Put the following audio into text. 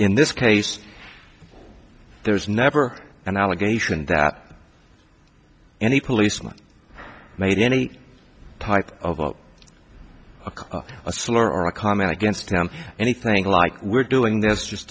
in this case there was never an allegation that any policeman made any type of out of a slur or a comment against them anything like we're doing there's just